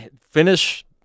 finish